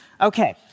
Okay